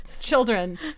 children